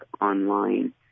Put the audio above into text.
online